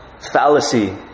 fallacy